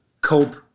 cope